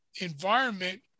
environment